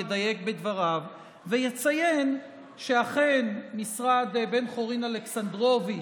ידייק בדבריו ויציין שאכן משרד בן-חורין אלכסנדרוביץ'